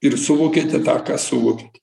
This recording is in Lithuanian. ir suvokiate tą ką suvokiate